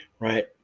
Right